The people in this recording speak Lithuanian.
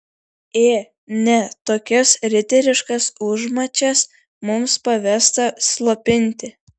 ė ne tokias riteriškas užmačias mums pavesta slopinti